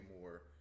more